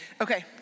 Okay